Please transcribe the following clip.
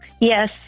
Yes